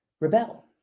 rebel